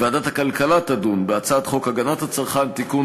ועדת הכלכלה תדון בהצעת חוק הגנת הצרכן (תיקון,